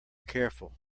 careful